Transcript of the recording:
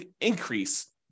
increase